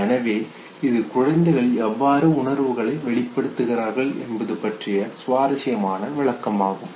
எனவே இது குழந்தைகள் எவ்வாறு உணர்வுகளை வெளிப்படுத்துகின்றார்கள் என்பது பற்றிய சுவாரசியமான விளக்கமாகும்